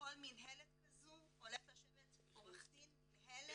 בכל מינהלת כזו הולך לשבת עורך דין מינהלת